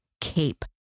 cape